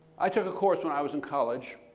i took a course when i was in college,